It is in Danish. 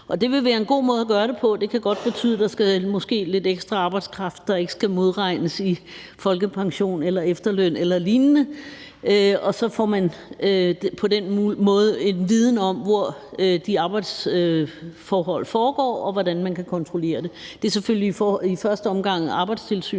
det ville være en god måde at gøre det på. Det kan godt betyde, at der måske er lidt ekstra arbejdskraft, der ikke skal modregnes i folkepension eller efterløn eller lignende, og så får man på den måde en viden om, hvor arbejdet foregår, og hvordan man kan kontrollere arbejdsforholdene. Det er selvfølgelig i første omgang Arbejdstilsynet